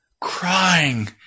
crying